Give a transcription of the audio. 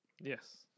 Yes